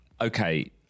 okay